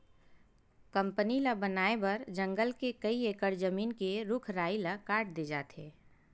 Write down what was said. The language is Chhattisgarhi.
कंपनी ल बनाए बर जंगल के कइ एकड़ जमीन के रूख राई ल काट दे जाथे